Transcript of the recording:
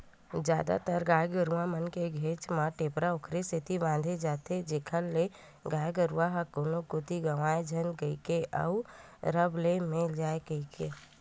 जादातर गाय गरु मन के घेंच म टेपरा ओखरे सेती बांधे जाथे जेखर ले गाय गरु ह कोनो कोती गंवाए झन कहिके अउ रब ले मिल जाय कहिके